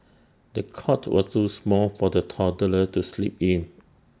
the cot was too small for the toddler to sleep in